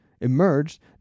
emerged